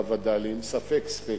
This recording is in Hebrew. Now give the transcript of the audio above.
בווד"לים, ספק ספיקא,